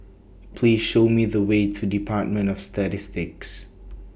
Please Show Me The Way to department of Statistics